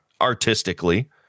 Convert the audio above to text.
artistically